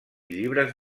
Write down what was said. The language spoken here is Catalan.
llibres